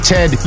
Ted